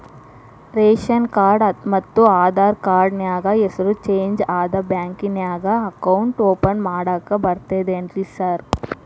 Ration card ಮತ್ತ Aadhaar card ನ್ಯಾಗ ಹೆಸರು ಚೇಂಜ್ ಅದಾ ಬ್ಯಾಂಕಿನ್ಯಾಗ ಅಕೌಂಟ್ ಓಪನ್ ಮಾಡಾಕ ಬರ್ತಾದೇನ್ರಿ ಸಾರ್?